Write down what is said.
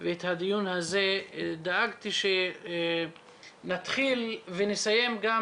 ואת הדיון הזה דאגתי שנתחיל ונסיים גם